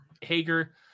Hager